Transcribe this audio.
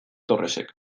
torresek